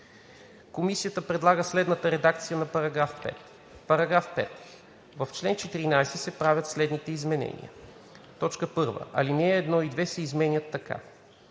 Комисията предлага следната редакция на § 5: „§ 5. В чл. 14 се правят следните изменения: „1. Алинеи 1 и 2 се изменят така: